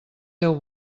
déu